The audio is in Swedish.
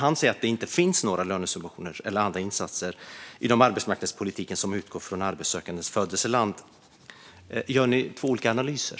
Han säger att det inte finns några lönesubventioner eller andra insatser inom arbetsmarknadspolitiken som utgår från arbetssökandes födelseland. Gör ni två olika analyser?